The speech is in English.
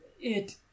It